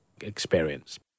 experience